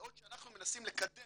בעוד שאנחנו מנסים לקדם